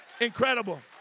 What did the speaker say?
Incredible